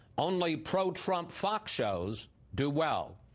only pro-trump fox shows do well.